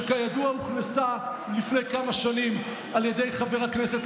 שכידוע הוכנסה לפני כמה שנים על ידי חבר הכנסת,